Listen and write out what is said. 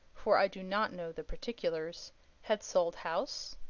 for i do not know the particulars had sold house,